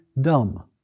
dumb